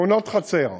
תאונות חצר.